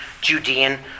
Judean